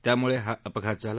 त्यामुळे हा अपघात झाला